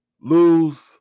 lose